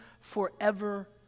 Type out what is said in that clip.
forever